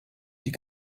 die